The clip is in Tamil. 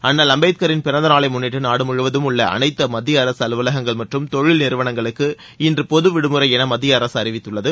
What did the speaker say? அண்ணல் அம்பேத்கரின் பிறந்த நாளை முன்னிட்டு நாடு முழுவதும் உள்ள அனைத்து மத்திய அரசு அலுவலகங்கள் மற்றும் தொழில் நிறுவனங்களுக்கு இன்று பொது விடுமுறை என மத்திய அரசு அறிவித்துள்ளது